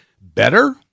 better